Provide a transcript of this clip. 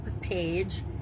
page